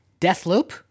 Deathloop